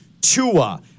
Tua